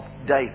David